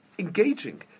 engaging